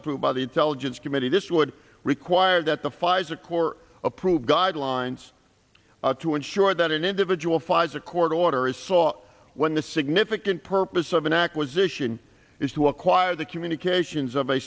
approved by the intelligence committee this would require that the pfizer corps approve guidelines to ensure that an individual files a court order is sought when the significant purpose of an acquisition is to acquire the communications of a